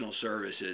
services